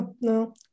no